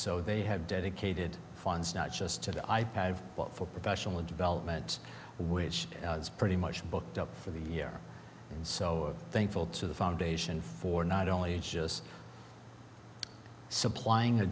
so they have dedicated funds not just to the i pad but for professional development which is pretty much booked up for the year and so thankful to the foundation for not only just supplying a